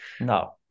No